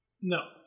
no